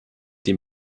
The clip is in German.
dem